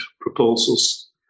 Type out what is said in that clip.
proposals